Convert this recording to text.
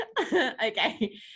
okay